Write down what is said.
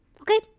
Okay